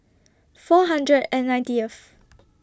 four hundred and ninetieth